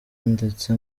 ndetse